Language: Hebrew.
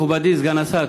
מכובדי סגן השר,